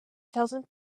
thousand